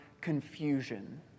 confusion